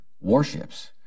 warships